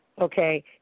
okay